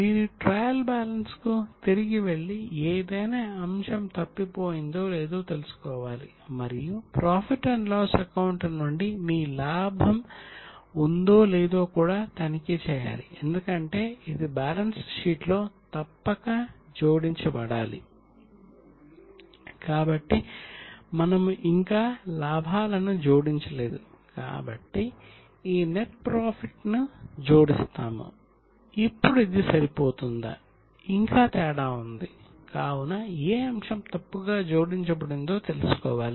మీరు ట్రయల్ బ్యాలెన్స్కు తిరిగి వెళ్లి ఏదైనా అంశం తప్పిపోయిందో లేదో తెలుసుకోవాలి మరియు ప్రాఫిట్ అండ్ లాస్ అకౌంట్ నుండి మీ లాభం ఉందో లేదో కూడా తనిఖీ చేయాలి ఎందుకంటే ఇది బ్యాలెన్స్ షీట్లో తప్పక జోడించబడాలి